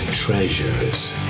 Treasures